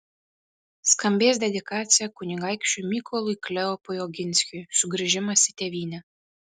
skambės dedikacija kunigaikščiui mykolui kleopui oginskiui sugrįžimas į tėvynę